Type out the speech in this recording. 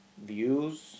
views